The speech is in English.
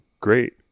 great